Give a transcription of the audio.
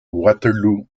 waterloo